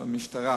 זה לא משטרה.